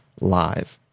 live